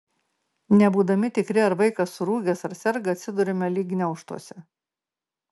nebūdami tikri ar vaikas surūgęs ar serga atsiduriame lyg gniaužtuose